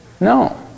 No